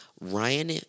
Ryan